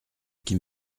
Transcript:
qui